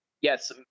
yes